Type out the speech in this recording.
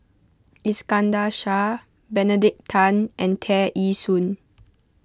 Iskandar Shah Benedict Tan and Tear Ee Soon